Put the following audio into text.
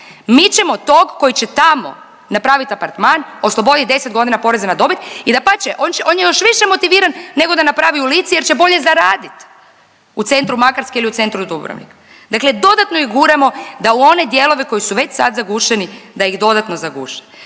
Mi ćemo tog koji će tamo napravit apartman, oslobodit 10 godina poreza na dobit i dapače, on će, on je još više motiviran nego da napravi u Lici jer će bolje zaradit u centru Makarske ili u centru Dubrovnika. Dakle dodatno ih guramo da u one dijelove koji su već sad zagušeni, da ih dodatno zaguše.